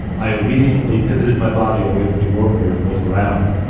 i obediently pivoted my body away from the orbiter to look around.